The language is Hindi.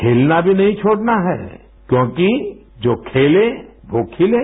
खेलना भी नहीं छोड़ना है क्योंकि जो खेले वो खिले